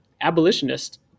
abolitionist